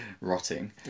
rotting